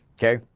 okay?